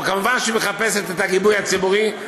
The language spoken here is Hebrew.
אבל כמובן היא מחפשת את הגיבוי הציבורי,